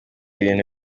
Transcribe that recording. ibintu